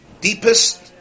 deepest